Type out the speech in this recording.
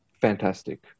fantastic